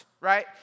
right